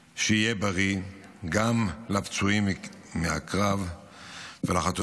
שיהיה בריא גם לפצועים מהקרב ולחטופים,